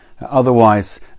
Otherwise